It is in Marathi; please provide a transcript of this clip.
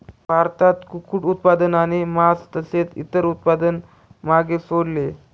भारतामध्ये कुक्कुट उत्पादनाने मास तसेच इतर उत्पादन मागे सोडले